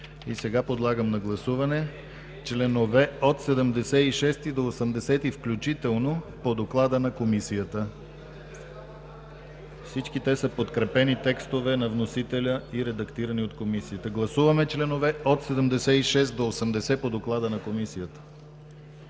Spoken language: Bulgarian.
Сега подлагам на гласуване членове от 76 до 80 включително, по доклада на Комисията. Всички те са подкрепени текстове на вносителя и редактирани от Комисията. (Шум и реплики.) Гласуваме членове от 76 до 80 по доклада на Комисията.